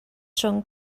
rhwng